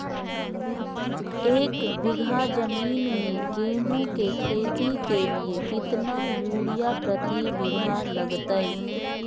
एक बिघा जमीन में गेहूं के खेती के लिए कितना यूरिया प्रति बीघा लगतय?